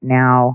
now